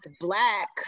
Black